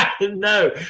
No